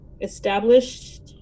established